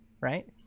right